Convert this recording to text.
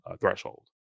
threshold